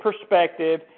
perspective